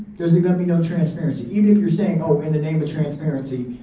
because there's gonna be no transparency. even if you're saying oh, in the name of transparency,